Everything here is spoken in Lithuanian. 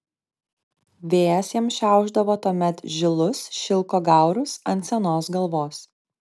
vėjas jam šiaušdavo tuomet žilus šilko gaurus ant senos galvos